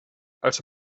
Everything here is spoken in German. also